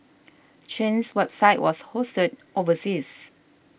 Chen's website was hosted overseas